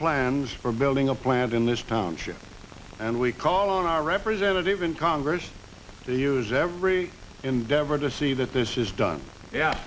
plans for building a plant in this township and we call on our representative in congress to use every endeavor to see that this is done yeah